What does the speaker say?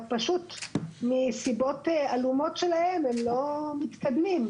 רק פשוט מסיבות עלומות שלהם הם לא מתקדמים,